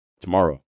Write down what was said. tomorrow